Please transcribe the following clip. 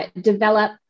develop